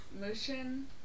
Motion